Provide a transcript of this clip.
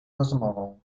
rozmową